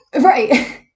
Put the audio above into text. Right